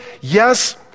yes